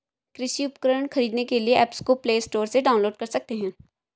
कृषि उपकरण खरीदने के लिए एप्स को प्ले स्टोर से डाउनलोड कर सकते हैं